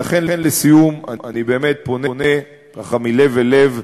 לכן, לסיום, אני באמת פונה, ככה, מלב אל לב,